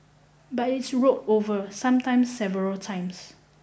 but it's rolled over sometimes several times